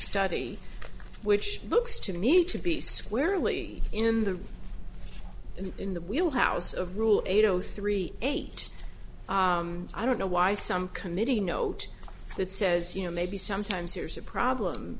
study which looks to me to be squarely in the in the wheel house of rule eight zero three eight i don't know why some committee note that says you know maybe sometimes there's a problem